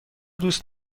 دوست